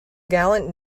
gallant